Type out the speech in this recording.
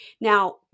Now